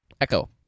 Echo